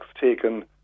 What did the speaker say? taken